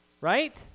right